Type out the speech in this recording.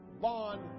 bond